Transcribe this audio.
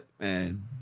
Man